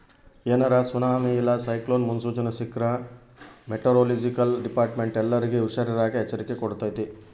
ಏನಾರ ಸುನಾಮಿ ಇಲ್ಲ ಸೈಕ್ಲೋನ್ ಮುನ್ಸೂಚನೆ ಸಿಕ್ರ್ಕ ಮೆಟೆರೊಲೊಜಿಕಲ್ ಡಿಪಾರ್ಟ್ಮೆಂಟ್ನ ಎಲ್ಲರ್ಗೆ ಹುಷಾರಿರಾಕ ಎಚ್ಚರಿಕೆ ಕೊಡ್ತತೆ